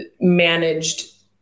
managed